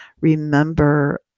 remember